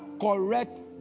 correct